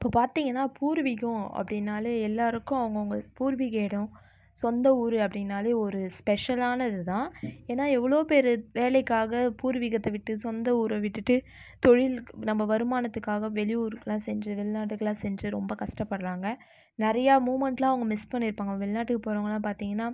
இப்போ பார்த்திங்னா பூர்வீகோம் அப்படினாலே எல்லாருக்கும் அவங்கவுங்க பூர்வீக எடோம் சொந்த ஊர் அப்படினாலே ஒரு ஸ்பெஷலான இது தான் ஏன்னா எவ்வளோ பேர் வேலைக்காக பூர்வீகத்தை விட்டு சொந்த ஊரை விட்டுட்டு தொழிலுக்கு நம்ம வருமானத்துக்காக வெளியூருக்குலாம் சென்று வெள்நாட்டுக்குலாம் சென்று ரொம்ப கஷ்டப்படுகிறாங்க நிறைய மூமன்ட்லாம் அவங்க மிஸ் பண்ணிருப்பாங்கள் வெளிநாட்டுக்கு போகிறவங்களா பார்த்திங்கனா